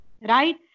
Right